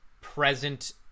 present